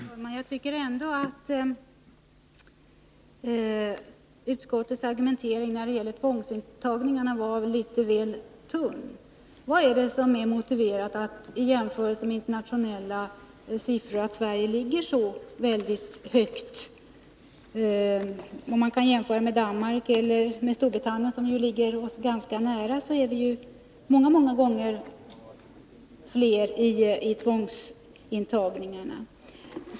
Herr talman! Jag tycker ändå att utskottets argumentering när det gäller tvångsintagningarna var litet väl tunn. Vad är det som motiverar att Sverige vid en internationell jämförelse ligger så högt? Man kan jämföra med Danmark eller Storbritannien, som ligger oss ganska nära. Vi har många gånger fler tvångsintagningar än dessa länder.